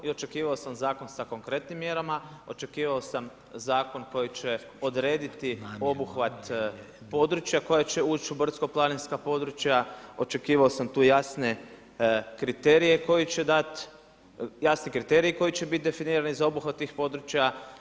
I očekivao sam zakon sa konkretnim mjerama, očekivao sam zakon koji će odrediti obuhvat područja koja će ući u brdsko-planinska područja, očekivao sam tu jasne kriterije koje će dati, jasne kriterije koji će biti definirani za obuhvat tih područja.